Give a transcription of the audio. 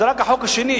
זה רק החוק השני,